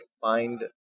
find